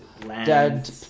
dead